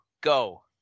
go